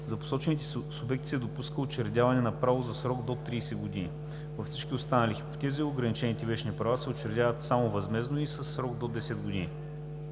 За посочените субекти се допуска учредяване на правото за срок до 30 години. Във всички останали хипотези ограничените вещни права се учредяват само възмездно и със срок до 10 години.